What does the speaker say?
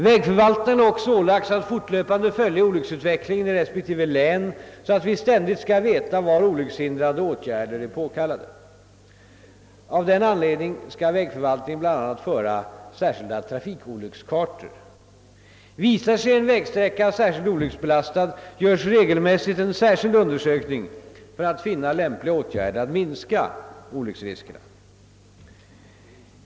Vägförvaltningarna har också ålagts att fortlöpande följa olycksutvecklingen i respektive län för att vi ständigt skall veta var olyckshindran de åtgärder är påkallade. Av denna anledning skall vägförvaltningen bl.a. föra särskilda trafikolyckskartor. Visar sig en vägsträcka speciellt olycksbelastad, görs regelmässigt en särskild undersökning för att finna lämpliga åtgärder att minska olycksriskerna.